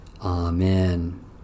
Amen